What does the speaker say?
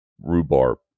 rhubarb